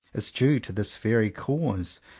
is due to this very cause.